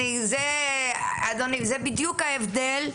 אדוני, זה בדיוק ההבדל,